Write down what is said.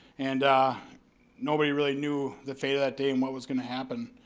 and nobody really knew the fate of that day and what was gonna happen.